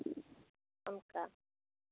ᱚᱱᱠᱟ